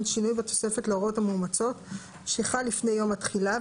שינוי בתוספת להוראות המאומצות שחל לפני יום התחילה,